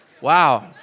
Wow